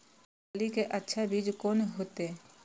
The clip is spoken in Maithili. मूंगफली के अच्छा बीज कोन होते?